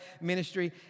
ministry